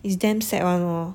is damn sad [one] lor